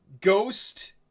ghost